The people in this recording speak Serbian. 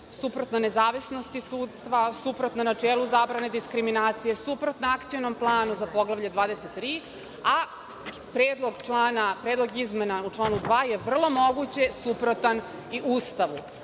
suprotna nezavisnosti sudstva, suprotna načelu zabrane diskriminacije, suprotna Akcionom planu za poglavlje 23, a predlog izmena kod člana 2. je vrlo moguće suprotan i Ustavu,